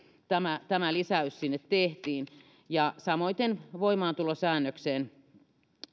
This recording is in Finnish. olivat tämä lisäys sinne tehtiin samoiten voimaantulosäännökseen